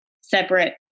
separate